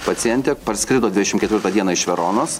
pacientė parskrido dvidešimt ketvirtą dieną iš veronos